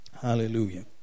Hallelujah